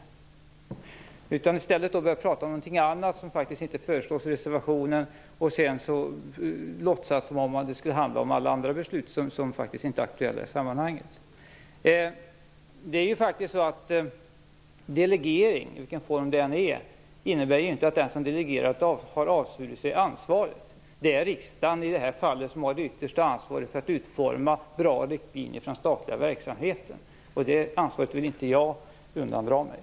I stället börjar Susanne Eberstein prata om någonting annat som faktiskt inte föreslås i reservationen och låtsas som om det skulle handla om alla andra beslut som faktiskt inte är aktuella i sammanhanget. Delegering, vilken form den än sker i, innebär inte att den som delegerar har avsvurit sig ansvaret. Det är i det här fallet riksdagen som har det yttersta ansvaret för att utforma bra riktlinjer för den statliga verksamheten, och det ansvaret vill inte jag undandra mig.